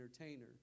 entertainer